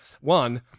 one